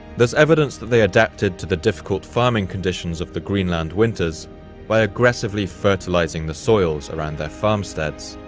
there's evidence that they adapted to the difficult farming conditions of the greenland winters by aggressively fertilizing the soils around their farmsteads.